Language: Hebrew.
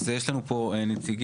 יש לנו פה נציגים,